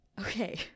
Okay